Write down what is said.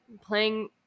Playing